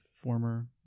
former